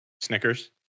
Snickers